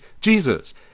Jesus